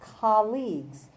colleagues